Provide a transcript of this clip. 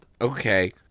Okay